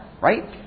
right